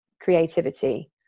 creativity